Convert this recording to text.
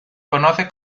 conoce